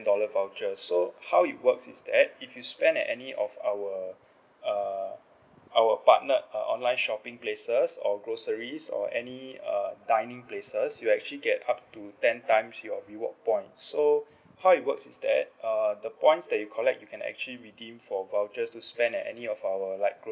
dollar voucher so how it works is that if you spend at any of our uh our partner uh online shopping places or groceries or any uh dining places you actually get up to ten times your reward points so how it works is that uh the points that you collect you can actually redeem for vouchers to spend at any of our like